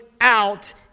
out